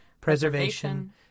preservation